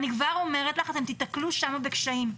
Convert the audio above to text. אני כבר אומרת לך שאתם תיתקלו שם בקשיים.